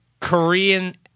Korean